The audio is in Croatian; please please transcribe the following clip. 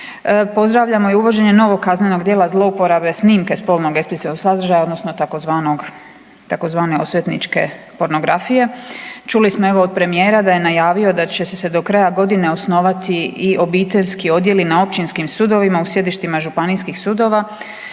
Pozdravljamo i uvođenje novog kaznenog djela zlouporabe snimke spolnog eksplicitnog sadržaja odnosno tzv. osvetničke pornografije. Čuli smo evo od premijera da je najavio da će se do kraja godine osnovati i obiteljski odjeli na općinskim sudovima u sjedištima županijskih sudova,